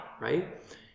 right